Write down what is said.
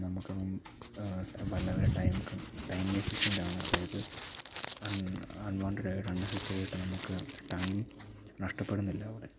നമുക്കും വല്ലവരുടെ റ്റൈമ് കം റ്റൈ എഫിഷൈൻ്റാണ് അതായത് അൺവാണ്ടടായിട്ട് അൺ നെസ്സസറിയായിട്ട് നമുക്ക് റ്റൈം നഷ്ടപ്പെടുന്നില്ല അവിടെ